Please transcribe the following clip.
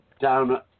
down